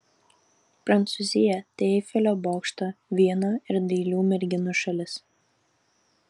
prancūzija tai eifelio bokšto vyno ir dailių merginų šalis